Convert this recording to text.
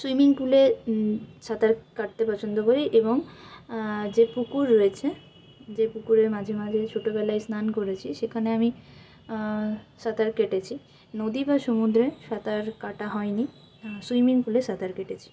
swimming পুলে সাঁতার কাটতে পছন্দ করি এবং যে পুকুর রয়েছে যে পুকুরের মাঝে মাঝে ছোটোবেলায় স্নান করেছি সেখানে আমি সাঁতার কেটেছি নদী বা সমুদ্রে সাঁতার কাটা হয় নি সুইমিং পুলে সাঁতার কেটেছি